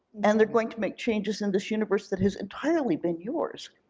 and they're going to make changes in this universe that has entirely been yours.